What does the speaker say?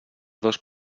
dos